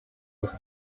los